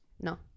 No